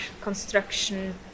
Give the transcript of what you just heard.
construction